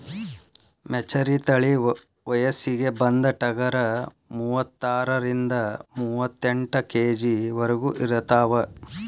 ಮೆಚರಿ ತಳಿ ವಯಸ್ಸಿಗೆ ಬಂದ ಟಗರ ಮೂವತ್ತಾರರಿಂದ ಮೂವತ್ತೆಂಟ ಕೆ.ಜಿ ವರೆಗು ಇರತಾವ